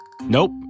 Nope